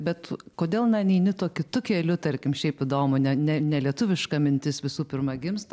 bet kodėl na neini tuo kitu keliu tarkim šiaip įdomu ne ne nelietuviška mintis visų pirma gimsta